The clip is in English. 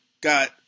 got